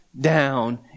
down